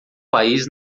país